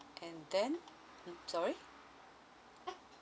and then mm sorry